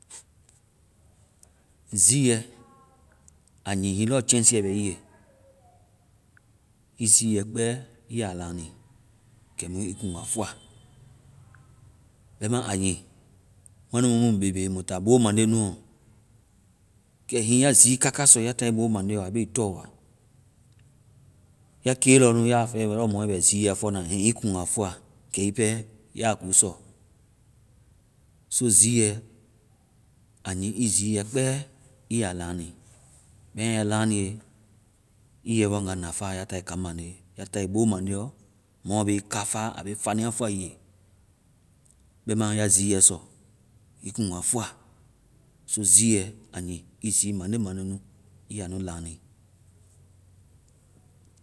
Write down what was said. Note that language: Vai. Ziiɛ! A nyii. Hiŋi lɔ chɛŋsii bɛ, ii ziiɛ kpɛ lani kɛmu ii kuŋ a fɔa. Bɛma a nyii. Mua nu mu mui bebe mui ta bo mande nuɔ. Kɛ hiŋi ya zii manse sɔ, ya tae bo mande ɔ, a be ii tɔ wa. Ya ke lɔ nʋ ya fɛ lɔ mɔɛ bɛ ziiɛ fɔna hiŋi ii kuŋ a fɔa, kɛ ii pɛ ya kusɔ. So ziiɛ, a nyii ii ziiɛ kpɛ, ii ya lani, bɛma ya lanie, ii yɛ ii waŋga nafa, ya tae kaŋ maŋde. Ya tae bo maŋdeɔ, mɔmɔ be ii kafaa, a be fania fɔa ii ye. Bɛma ya ziiɛ sɔ. Ii kuŋ a fɔa. So ziiɛ, a nyii ii zii maŋde maŋde nu-ii ya nu lani